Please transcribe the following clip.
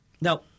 Now